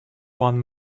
one